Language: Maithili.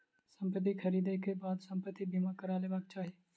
संपत्ति ख़रीदै के बाद संपत्ति बीमा करा लेबाक चाही